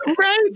Right